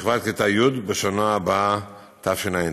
שכבת כיתה י', בשנה הבאה, התשע"ט.